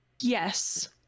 Yes